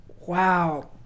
wow